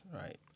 right